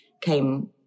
came